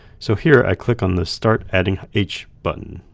so here i click on the start adding h button.